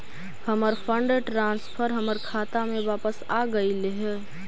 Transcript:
हमर fund transfer हमर खाता में वापस आगईल हे